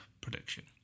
prediction